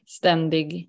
ständig